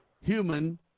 human